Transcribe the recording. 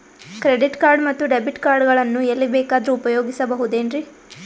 Credit card ಮತ್ತು debit card ಗಳನ್ನು ಎಲ್ಲಿ ಬೇಕಾದ್ರು ಉಪಯೋಗಿಸಬಹುದೇನ್ರಿ?